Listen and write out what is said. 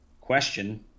question